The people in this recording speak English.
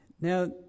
Now